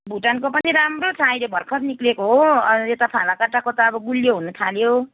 भुटानको पनि राम्रो छ अहिले भर्खर निक्लिएको हो यता फालाकट्टाको त अब गुलियो हुनु थाल्यो